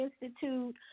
Institute